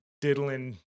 diddling